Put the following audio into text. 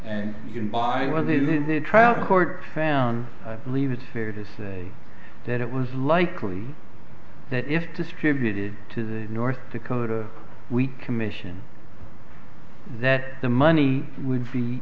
and you can buy one this is a trial court found i believe it's fair to say that it was likely that if distributed to the north dakota we commission that the money would be